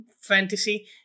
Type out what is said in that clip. fantasy